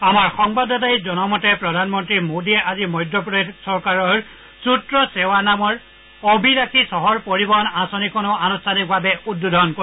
আমাৰ সংবাদদাতাই জনোবা মতে প্ৰধানমন্ত্ৰী মোদীয়ে আজি মধ্যপ্ৰদেশ চৰকাৰৰ সুত্ৰছেৱা নামৰ অভিলাখী চহৰ পৰিবহন আঁচনিখনো আনুষ্ঠানিকভাৱে উদ্বোধন কৰিব